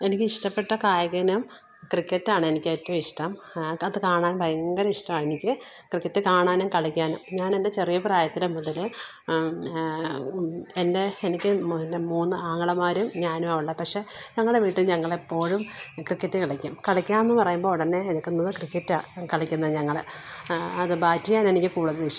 എനിക്ക് ഇഷ്ടപ്പെട്ട കായിക ഇനം ക്രിക്കറ്റാണെനിക്കേറ്റവും ഇഷ്ടം അത് കാണാൻ ഭയങ്കര ഇഷ്ടമാണ് എനിക്ക് ക്രിക്കറ്റ് കാണാനും കളിക്കാനും ഞാൻ എൻ്റെ ചെറിയ പ്രായത്തിലെ മുതല് എൻ്റെ എനിക്ക് പിന്നെ മൂന്ന് ആങ്ങളമാരും ഞാനുവാണ് ഉള്ളത് പക്ഷെ ഞങ്ങളുടെ വീട്ടിൽ ഞങ്ങളെപ്പോഴും ക്രിക്കറ്റ് കളിക്കും കളിക്കുക എന്ന് പറയുമ്പോൾ ഉടനെ എടുക്കുന്നത് ക്രിക്കറ്റാണ് കളിക്കുന്നത് ഞങ്ങള് അത് ബാറ്റ് ചെയ്യാനാണ് എനിക്ക് കൂടുതൽ ഇഷ്ടം